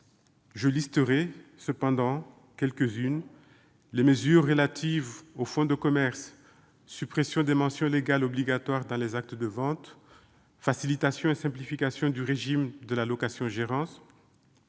J'en citerai néanmoins quelques-unes : mesures relatives au fonds de commerce- suppression des mentions légales obligatoires dans les actes de vente, facilitation et simplification du régime de la location-gérance